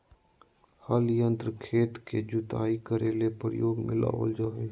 हल यंत्र खेत के जुताई करे ले प्रयोग में लाबल जा हइ